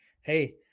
Hey